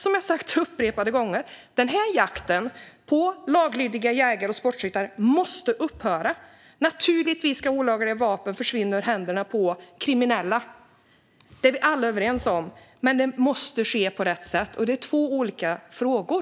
Som jag sagt upprepade gånger: Denna jakt på laglydiga jägare och sportskyttar måste upphöra. Naturligtvis ska olagliga vapen försvinna ur händerna på kriminella. Det är vi alla överens om. Men det måste ske på rätt sätt, och det är två olika frågor.